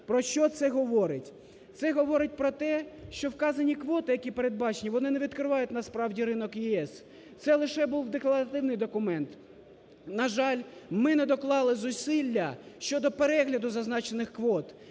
Про що це говорить? Це говорить про те, що вказані квоти, які передбачені, вони не відкривають насправді ринок ЄС, це лише був декларативний документ. На жаль, ми не доклали зусилля щодо перегляду зазначених квот,